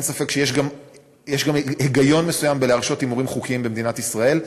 אין ספק שיש גם היגיון מסוים בלהרשות הימורים חוקיים במדינת ישראל.